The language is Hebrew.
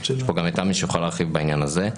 יש פה גם את עמי שיוכל להרחיב בעניין הזה.